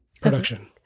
production